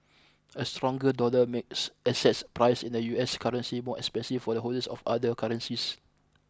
a stronger dollar makes assets priced in the U S currency more expensive for holders of other currencies